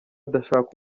adashaka